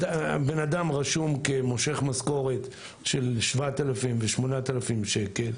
הבן אדם רשום כמושך משכורת של 7,000 ו-8,000 שקלים,